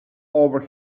over